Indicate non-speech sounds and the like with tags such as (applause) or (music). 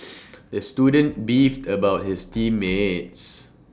(noise) the student beefed about his team mates